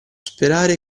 sperare